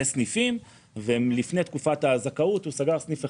סניפים ולפני תקופת הזכאות הוא סגר סניף אחד,